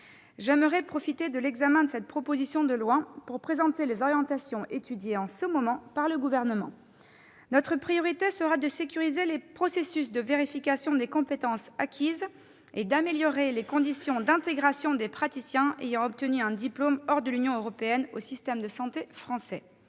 J'aimerais profiter de l'examen de cette proposition de loi pour présenter les orientations étudiées en ce moment par le Gouvernement. Notre priorité sera de sécuriser les processus de vérification des compétences acquises et d'améliorer les conditions d'intégration des praticiens ayant obtenu un diplôme hors de l'Union européenne au système de santé français.